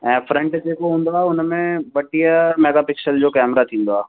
ऐं फ्रंट जेको हूंदो आहे हुन में ॿटीह मेगा पिक्सल जो केमेरा थींदो आहे